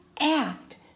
act